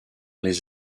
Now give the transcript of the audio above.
les